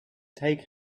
take